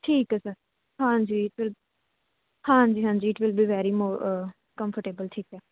ਠੀਕ ਹੈ ਸਰ ਹਾਂਜੀ ਬਿਲ ਹਾਂਜੀ ਹਾਂਜੀ it will be very more comfortable ਠੀਕ ਹੈ